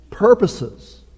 purposes